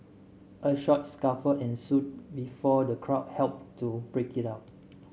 a short scuffle ensued before the crowd helped to break it up